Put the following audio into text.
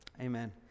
Amen